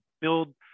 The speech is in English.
build